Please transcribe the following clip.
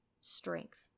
strength